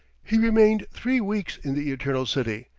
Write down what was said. he remained three weeks in the eternal city,